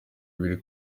ibiri